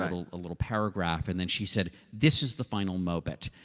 little little paragraph and then she said, this is the final mobit,